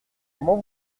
comment